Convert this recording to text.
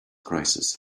crisis